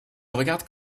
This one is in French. regardes